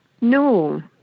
No